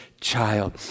child